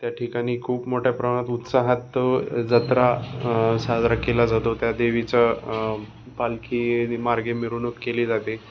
त्या ठिकाणी खूप मोठ्या प्रमाणात उत्साहात जत्रा साजरा केला जातो त्या देवीचा पालखी मार्गे मिरवणूक केली जाते